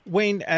Wayne